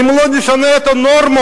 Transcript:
אם לא נשנה את הנורמה".